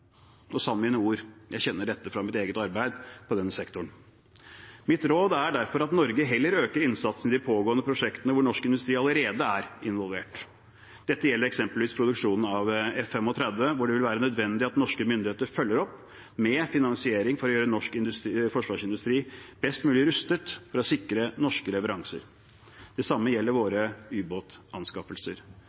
mine ord, for jeg kjenner dette fra eget arbeid i denne sektoren. Mitt råd er derfor at Norge heller øker innsatsen i de pågående prosjektene hvor norsk industri allerede er involvert. Dette gjelder eksempelvis produksjonen av F-35, hvor det vil være nødvendig at norske myndigheter følger opp med finansiering for å gjøre norsk forsvarsindustri best mulig rustet for å sikre norske leveranser. Det samme gjelder våre ubåtanskaffelser.